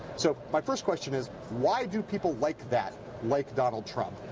so my first question is, why do people like that like donald trump?